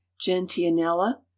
gentianella